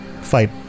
fight